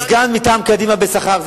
סגן מטעם קדימה בשכר,